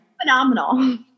phenomenal